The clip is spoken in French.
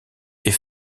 est